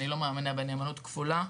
אני לא מאמינה בנאמנות כפולה.